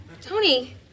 Tony